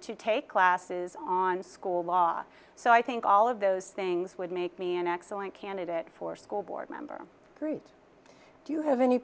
to take classes on school law so i think all of those things would make me an excellent candidate for school board member groups do you have any